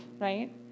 right